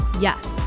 Yes